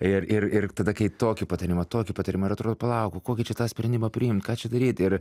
ir ir ir tada kai tokį patarimą tokį patarimą ir atro palauk o kokį čia tą sprendimą priimt ką čia daryt ir